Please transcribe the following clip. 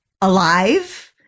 alive